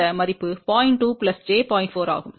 4 ஆகும்